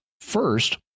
First